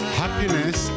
happiness